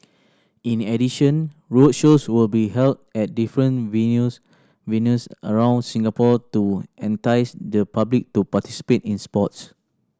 in addition roadshows will be held at different venues venues around Singapore to entice the public to participate in sports